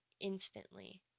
instantly